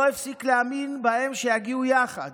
הוא לא הפסיק להאמין בהם שיגיעו יחד,